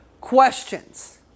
questions